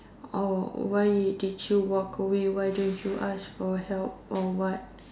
why did yo walk away why didn't you ask for help or what